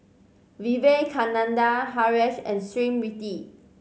Vivekananda Haresh and Smriti